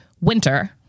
Winter